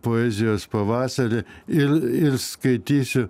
poezijos pavasarį ir ir skaitysiu